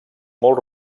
molt